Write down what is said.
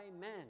men